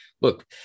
look